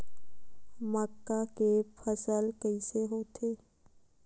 मक्का के फसल कइसे होथे?